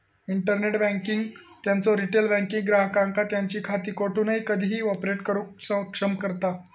internet banking त्यांचो retail banking ग्राहकांका त्यांची खाती कोठूनही कधीही ऑपरेट करुक सक्षम करता